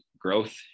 growth